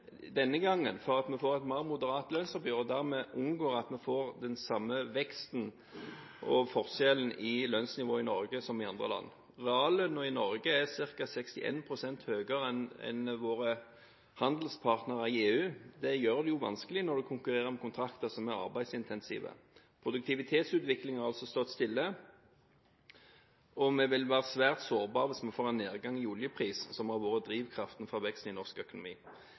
denne gangen for at vi får et mer moderat lønnsoppgjør og dermed unngår at vi får den samme veksten og forskjellen i lønnsnivå i Norge som i andre land? Reallønnen i Norge er ca. 61 pst. høyere enn hos våre handelspartnere i EU. Det gjør det vanskelig når man konkurrerer om kontrakter som er arbeidsintensive. Produktivitetsutviklingen har altså stått stille, og vi vil være svært sårbare hvis vi får en nedgang i oljepris, som har vært drivkraften for veksten i norsk økonomi.